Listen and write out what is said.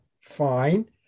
fine